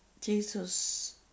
Jesus